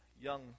young